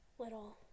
little